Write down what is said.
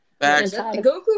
Goku